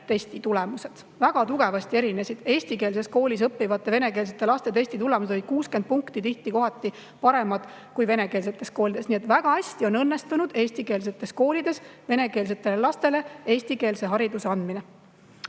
testi tulemused. Väga tugevasti erinesid! Eestikeelses koolis õppivate venekeelsete laste testitulemused olid 60 punkti, kohati isegi paremad kui venekeelsete koolide laste omad. Nii et väga hästi on õnnestunud eestikeelsetes koolides venekeelsetele lastele eestikeelse hariduse andmine.